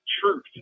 truth